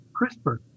crispr